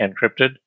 encrypted